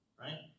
right